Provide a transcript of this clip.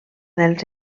dels